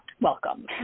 Welcome